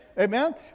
Amen